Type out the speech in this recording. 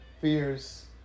fears